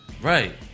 Right